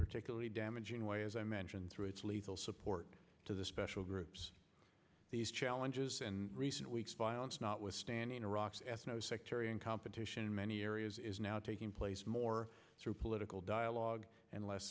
particularly damaging way as i mentioned through its lethal support to the special groups these challenges and recent weeks violence notwithstanding iraq's ethno sectarian competition in many areas is now taking place more through political dialogue and